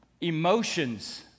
Emotions